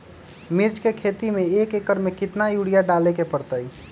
मिर्च के खेती में एक एकर में कितना यूरिया डाले के परतई?